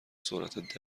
سرعت